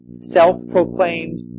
self-proclaimed